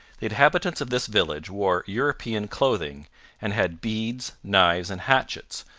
the inhabitants of this village wore european clothing and had beads, knives, and hatchets,